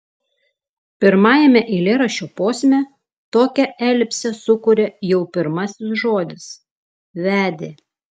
pirmajame eilėraščio posme tokią elipsę sukuria jau pirmasis žodis vedė